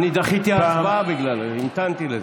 אני דחיתי הצבעה בגללו, המתנתי לזה.